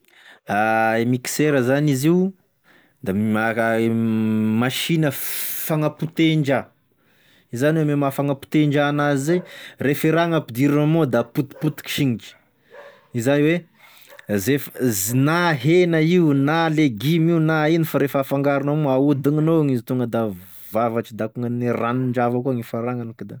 Mixeur zany izio da machine fa- fagnapotehin-draha, izany ame fagnapotehin-draha anazy zay, refa e raha gn'ampidirigny amign'ao da potipotiky singitry, izay oe zef- ze- na hena io na legioma io na ino fa refa afangaronao gn'ahodigninao igny izy tonga da mivavatry da akô gne ranon-draha avao koa gn'ifaragnany kada.